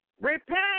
Repent